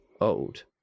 old